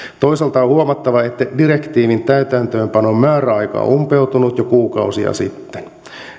toisaalta on huomattava että direktiivin täytäntöönpanon määräaika on umpeutunut jo kuukausia sitten